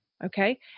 Okay